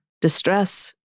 distress